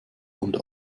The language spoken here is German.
und